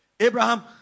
Abraham